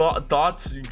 thoughts